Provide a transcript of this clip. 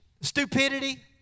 stupidity